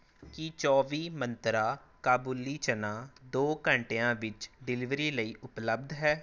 ਕੀ ਚੌਵੀ ਮੰਤਰਾ ਕਾਬੁਲੀ ਚਨਾ ਦੋ ਘੰਟਿਆਂ ਵਿੱਚ ਡਿਲੀਵਰੀ ਲਈ ਉਪਲਬਧ ਹੈ